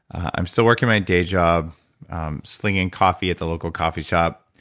i'm still working my day job slinging coffee at the local coffee shop.